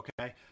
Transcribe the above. okay